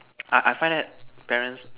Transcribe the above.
I I find that parents